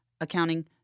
accounting